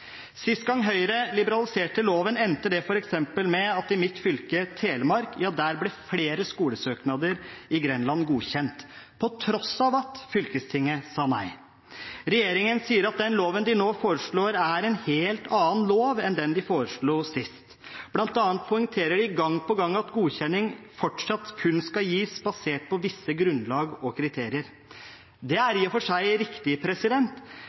Sist gang Høyre liberaliserte loven, endte det f.eks. med at i mitt fylke, Telemark, ble flere skolesøknader i Grenland godkjent, på tross av at fylkestinget sa nei. Regjeringen sier at den loven de nå foreslår, er en helt annen lov enn den de foreslo sist. Blant annet poengterer de gang på gang at godkjenning fortsatt kun skal gis basert på visse grunnlag og kriterier. Det er i og for seg riktig,